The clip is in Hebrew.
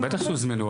בטח שהוזמנו.